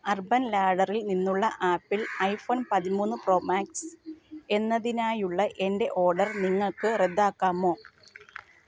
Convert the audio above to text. urban ലാഡറിൽ നിന്നുള്ള Apple iPhone പതിമൂന്ന് പ്രോ മാക്സ് എന്നതിനായുള്ള എൻ്റെ ഓർഡർ നിങ്ങൾക്ക് റദ്ദാക്കാമോ